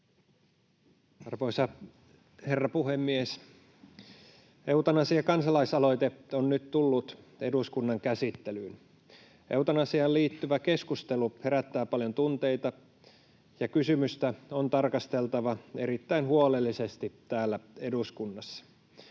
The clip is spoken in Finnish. Arvoisa herra puhemies! Eutanasiakansalaisaloite on nyt tullut eduskunnan käsittelyyn. Eutanasiaan liittyvä keskustelu herättää paljon tunteita, ja kysymystä on tarkasteltava erittäin huolellisesti täällä eduskunnassa.